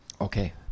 Okay